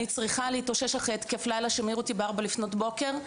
אני צריכה להתאושש אחרי התקף לילה שמעיר אותי בארבע לפנות בוקר,